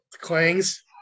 clangs